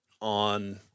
on